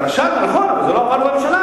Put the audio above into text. דרשה, נכון, אבל זה לא עבר בממשלה.